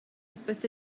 popeth